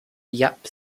yap